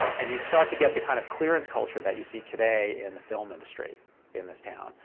and you'd start to get the kind of clearance culture that you see today in the film industry in this town,